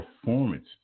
performance